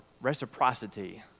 reciprocity